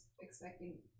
expecting